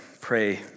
pray